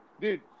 dude